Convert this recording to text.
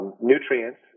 nutrients